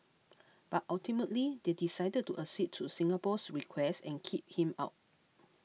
but ultimately they decided to accede to Singapore's request and kick him out